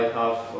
half